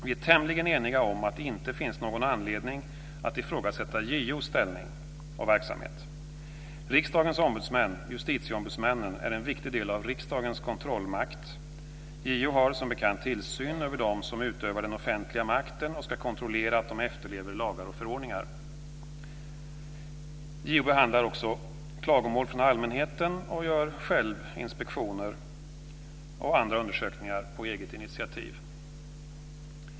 Vi är tämligen eniga om att det inte finns någon anledning att ifrågasätta JO:s ställning och verksamhet. Riksdagens ombudsmän, justitieombudsmännen, är en viktig del av riksdagens kontrollmakt. JO har som bekant tillsyn över dem som utövar den offentliga makten och ska kontrollera att de efterlever lagar och förordningar. JO behandlar också klagomål från allmänheten och gör själv inspektioner och andra undersökningar på eget initiativ.